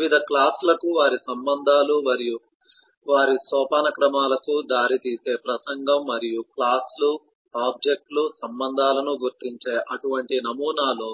వివిధ క్లాస్ లకు వారి సంబంధాలు వారి సోపానక్రమాలకు దారి తీసే ప్రసంగం మరియు క్లాస్ లు ఆబ్జెక్ట్ లు సంబంధాలను గుర్తించే అటువంటి నమూనాలో